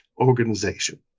organization